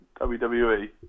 WWE